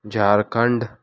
Jharkhand